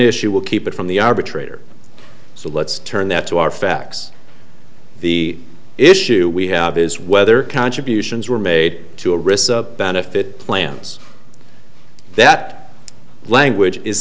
will keep it from the arbitrator so let's turn that to our facts the issue we have is whether contributions were made to a risk benefit plans that language is